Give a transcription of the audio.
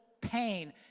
pain